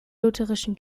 lutherischen